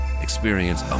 Experience